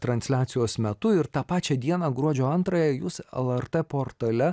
transliacijos metu ir tą pačią dieną gruodžio antrąją jūs lrt portale